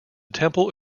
temple